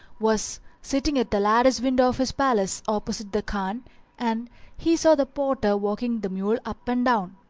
was sitting at the lattice-window of his palace opposite the khan and he saw the porter walking the mule up and down.